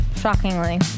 Shockingly